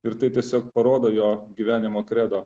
ir tai tiesiog parodo jo gyvenimo kredo